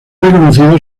reconocido